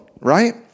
right